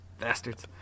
bastards